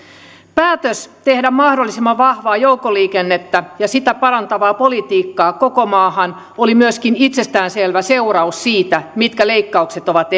päätös tehdä mahdollisimman vahvaa joukkoliikennettä ja sitä parantavaa politiikkaa koko maahan oli myöskin itsestään selvä seuraus siitä mitkä leikkaukset ovat